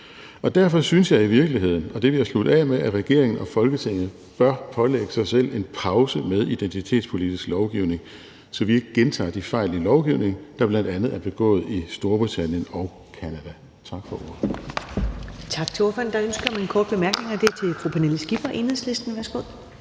Derfor synes jeg i virkeligheden, og det vil jeg slutte af med, at regeringen og Folketinget bør pålægge sig selv en pause med identitetspolitisk lovgivning, så vi ikke gentager de fejl i lovgivningen, der bl.a. er begået i Storbritannien og Canada. Tak for ordet.